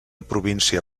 província